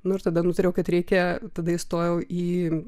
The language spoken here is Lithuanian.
nu ir tada nutariau kad reikia tada įstojau į